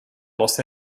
los